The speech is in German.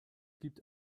gibt